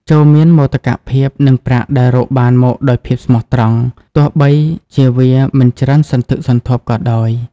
ចូរមានមោទកភាពនឹងប្រាក់ដែលរកបានមកដោយភាពស្មោះត្រង់ ទោះបីជាវាមិនច្រើនសន្ធឹកសន្ធាប់ក៏ដោយ។